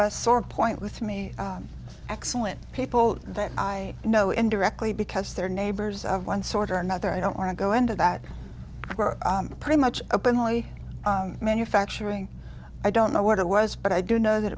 a sore point with me excellent people that i know indirectly because they're neighbors of one sort or another i don't want to go into that pretty much openly manufacturing i don't know what it was but i do know that